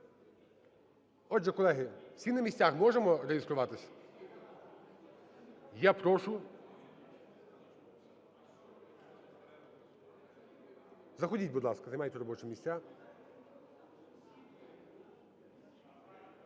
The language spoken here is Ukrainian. Отже, колеги, всі на місцях? Можемо реєструватись? Я прошу… Заходіть, будь ласка, займайте робочі місця.